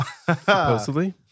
Supposedly